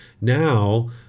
now